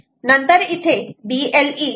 नंतर इथे BLE 4